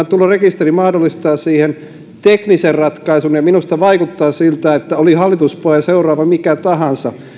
tulorekisteri mahdollistaa siihen teknisen ratkaisun minusta vaikuttaa siltä oli seuraava hallituspohja mikä tahansa